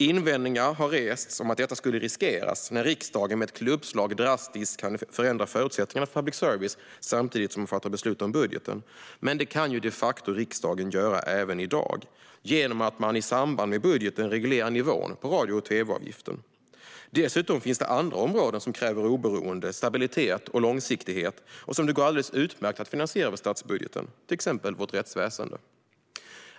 Invändningar har rests om att detta skulle riskeras när riksdagen med ett klubbslag drastiskt kan förändra förutsättningarna för public service samtidigt som budgeten beslutas. Men det kan riksdagen de facto göra även i dag genom att man i samband med budgeten reglerar nivån på radio och tv-avgiften. Dessutom finns det andra områden som kräver oberoende, stabilitet och långsiktighet och som det går alldeles utmärkt att finansiera via statsbudgeten, exempelvis rättsväsendet.